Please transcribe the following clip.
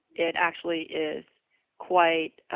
it actually is quite